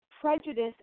prejudice